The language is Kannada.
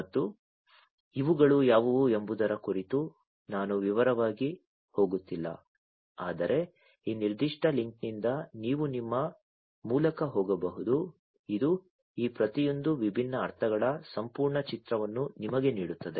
ಮತ್ತು ಇವುಗಳು ಯಾವುವು ಎಂಬುದರ ಕುರಿತು ನಾನು ವಿವರವಾಗಿ ಹೋಗುತ್ತಿಲ್ಲ ಆದರೆ ಈ ನಿರ್ದಿಷ್ಟ ಲಿಂಕ್ನಿಂದ ನೀವು ನಿಮ್ಮ ಮೂಲಕ ಹೋಗಬಹುದು ಇದು ಈ ಪ್ರತಿಯೊಂದು ವಿಭಿನ್ನ ಅರ್ಥಗಳ ಸಂಪೂರ್ಣ ಚಿತ್ರವನ್ನು ನಿಮಗೆ ನೀಡುತ್ತದೆ